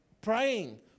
praying